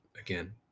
again